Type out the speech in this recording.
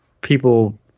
people